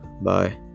Bye